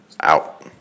Out